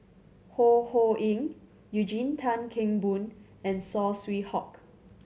Ho Ho Ying Eugene Tan Kheng Boon and Saw Swee Hock